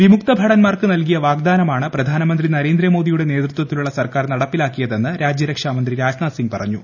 വിമുക്ത ഭടൻമാർക്ക് നൽകിയ വാഗ്ദാനമാണ് പ്രധാനമന്ത്രി നരേന്ദ്രമോദിയുടെ നേതൃത്വത്തിലുള്ള സർക്കാർ നടപ്പാക്കിലാക്കിയതെന്ന് രാജ്യരക്ഷാമന്ത്രി രാജ്നാഥ് സിംഗ് പറഞ്ഞു